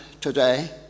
today